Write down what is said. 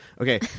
Okay